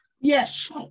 yes